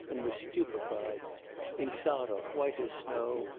and was stupefied insarov, white as snow,